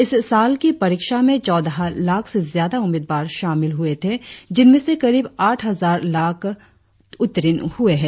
इस साल की परीक्षा में चौदह लाख से ज्यादा उम्मीदवार शामिल हुए थे जिनमें से करीब आठ हजार लाख उत्तीर्ण हुए है